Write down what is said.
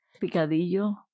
Picadillo